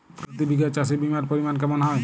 প্রতি বিঘা চাষে বিমার পরিমান কেমন হয়?